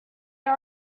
had